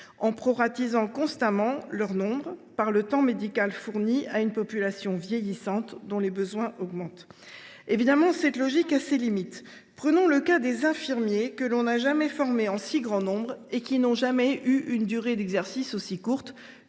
en proratisant constamment leur nombre par le temps médical fourni à une population vieillissante, dont les besoins augmentent. Évidemment, cette logique a ses limites : prenons le cas des infirmiers que l’on n’a jamais formés en si grand nombre et qui n’ont jamais eu une durée d’exercice aussi courte,